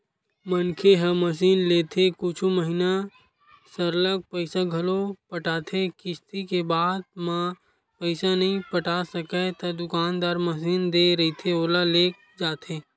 मनखे ह मसीनलेथे कुछु महिना सरलग पइसा घलो पटाथे किस्ती के बाद म पइसा नइ पटा सकय ता दुकानदार मसीन दे रहिथे ओला लेग जाथे